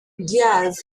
diaz